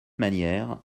manière